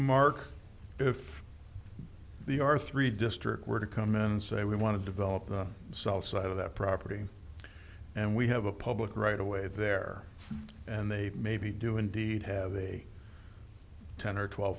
mark if the r three districts were to come in and say we want to develop the south side of that property and we have a public right away there and they maybe do indeed have a ten or twelve